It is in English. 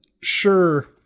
sure